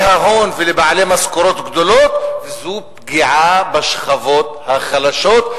ההון ולבעלי משכורות גדולות וזו פגיעה בשכבות החלשות,